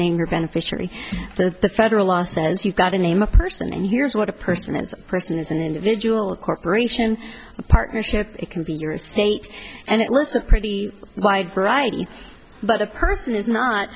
name your beneficiary but the federal law says you've got to name a person and here's what a person is a person is an individual a corporation a partnership it can be your state and it looks a pretty wide variety but a person is not